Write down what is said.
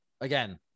Again